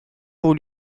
pour